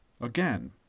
again